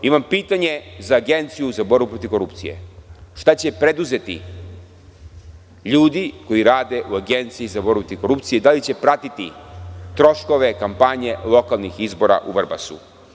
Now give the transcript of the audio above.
Imam pitanje za Agenciju za borbu protiv korupcije – šta će preduzeti ljudi koji rade u Agenciji za borbu protiv korupcije i da li će pratiti troškove kampanje lokalnih izbora u Vrbasu?